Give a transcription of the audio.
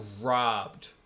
robbed